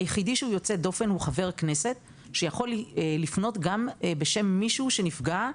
היחידי שהוא יוצא דופן הוא חבר כנסת שיכול לפנות גם בשם מישהו שנפגע,